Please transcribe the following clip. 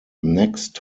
next